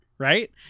right